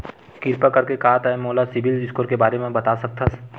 किरपा करके का तै मोला सीबिल स्कोर के बारे माँ बता सकथस?